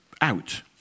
out